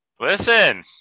Listen